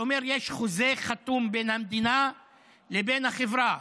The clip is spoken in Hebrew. הוא אומר שיש חוזה חתום בין המדינה לבין החברה.